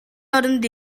оронд